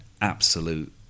absolute